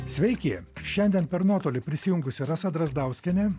sveiki šiandien per nuotolį prisijungusi rasa drazdauskienė